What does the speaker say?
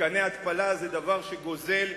מתקני התפלה הם דבר שגוזל,